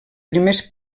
primers